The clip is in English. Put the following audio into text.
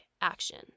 action